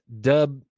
Dub